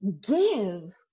give